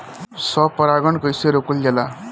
स्व परागण कइसे रोकल जाला?